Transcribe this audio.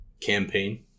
campaign